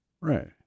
Right